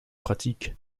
pratiques